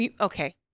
Okay